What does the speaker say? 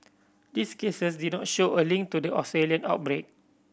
these cases did not show a link to the Australian outbreak